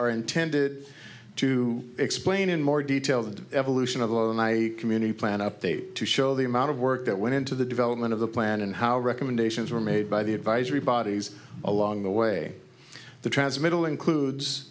are intended to explain in more detail the evolution of law and i community plan update to show the amount of work that went into the development of the plan and how recommendations were made by the advisory bodies along the way the transmittal includes